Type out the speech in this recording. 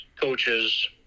coaches